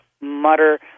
mutter